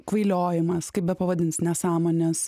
kvailiojimas kaip bepavadinsi nesąmonės